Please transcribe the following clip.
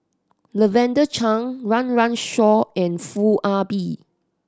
Lavender Chang Run Run Shaw and Foo Ah Bee